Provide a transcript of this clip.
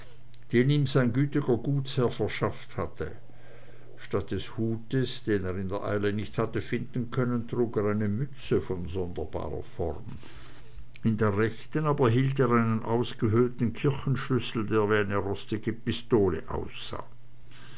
ihm sein gütiger gutsherr verschafft hatte statt des hutes den er in der eile nicht hatte finden können trug er eine mütze von sonderbarer form in der rechten aber hielt er einen ausgehöhlten kirchenschlüssel der wie ne rostige pistole aussah